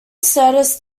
status